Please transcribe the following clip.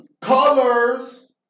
Colors